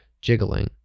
jiggling